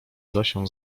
zosię